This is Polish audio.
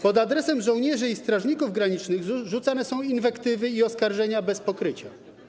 Pod adresem żołnierzy i strażników granicznych rzucane są inwektywy i oskarżenia bez pokrycia.